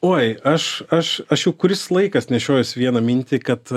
oi aš aš aš jau kuris laikas nešiojuosi vieną mintį kad